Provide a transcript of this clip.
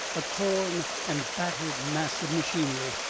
a torn and battered mass of machinery,